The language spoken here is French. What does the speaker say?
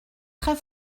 très